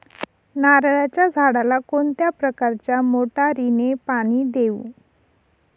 नारळाच्या झाडाला कोणत्या प्रकारच्या मोटारीने पाणी देऊ?